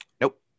nope